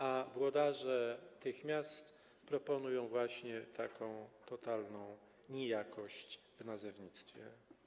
A włodarze tych miast proponują właśnie taką totalną nijakość w nazewnictwie.